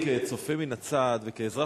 כצופה מן הצד וכאזרח,